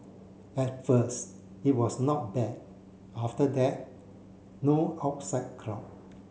at first it was not bad after that no outside crowd